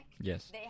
yes